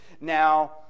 now